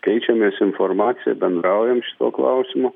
keičiamės informacija bendraujam šituo klausimu